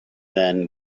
then